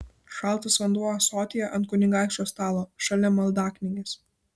šaltas vanduo ąsotyje ant kunigaikščio stalo šalia maldaknygės